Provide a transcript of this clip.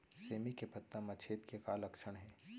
सेमी के पत्ता म छेद के का लक्षण हे?